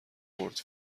بٌرد